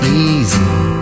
easy